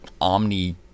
omni